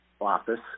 Office